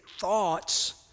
thoughts